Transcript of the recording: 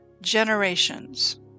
Generations